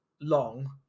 long